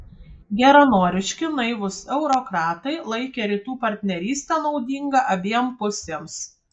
geranoriški naivūs eurokratai laikė rytų partnerystę naudinga abiem pusėms